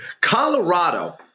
Colorado